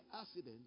accident